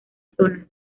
zona